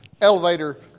elevator